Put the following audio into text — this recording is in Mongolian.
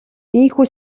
ийнхүү